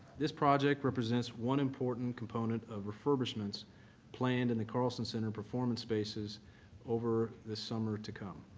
this project represents one important component of refurbishments planned in the carlsen center performance spaces over the summer to come.